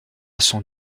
son